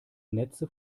netze